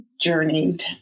journeyed